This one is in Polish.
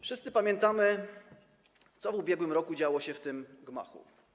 Wszyscy pamiętamy, co w ubiegłym roku działo się w tym gmachu.